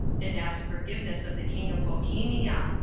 and ask forgiveness of the king of bohemia,